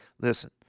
Listen